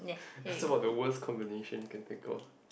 so about the worst combination critical